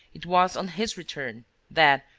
it was on his return that,